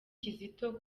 kizito